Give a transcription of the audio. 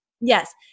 Yes